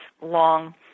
long